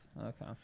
Okay